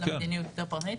גם במדיניות הפרטנית,